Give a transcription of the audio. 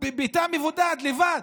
בתא מבודד, לבד.